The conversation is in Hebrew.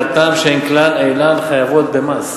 מהטעם שהן כלל אינן חייבות במס.